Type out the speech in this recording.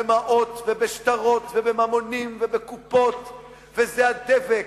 במעות ובשטרות ובממונים ובקופות וזה הדבק,